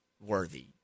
worthy